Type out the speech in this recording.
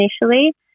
initially